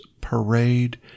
parade